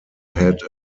had